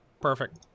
Perfect